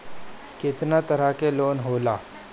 केतना तरह के लोन होला?